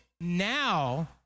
now